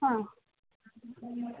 ಹಾಂ